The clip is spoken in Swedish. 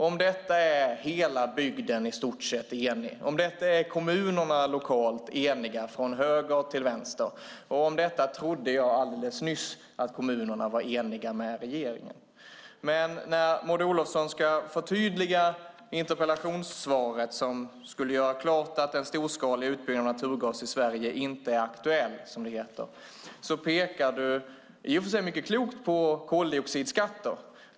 Om detta är hela bygden i stort sett enig. Om detta är kommunerna lokalt eniga från höger till vänster. Om detta trodde jag till alldeles nyss att kommunerna var eniga med regeringen. När Maud Olofsson ska förtydliga interpellationssvaret, som skulle göra klart att en storskalig utbyggnad av naturgas i Sverige inte är aktuell, pekar hon i och för sig mycket klokt på koldioxidskatter.